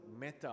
meta